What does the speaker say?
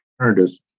alternatives